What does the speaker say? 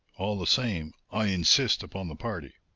all the same i insist upon the party.